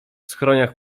skroniach